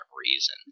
reason